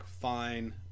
fine